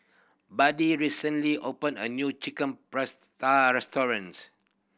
Buddy recently opened a new Chicken Pasta restaurant